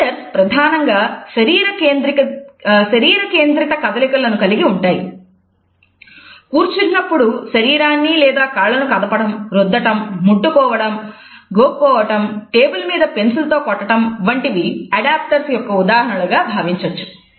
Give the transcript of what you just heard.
adapters యొక్క ఉదాహరణలుగా భావించవచ్చు